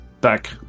back